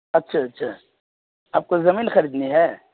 اچھا اچھا آپ کو زمین خریدنی ہے